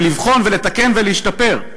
ולבחון ולתקן ולהשתפר.